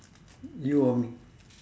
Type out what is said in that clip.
you or me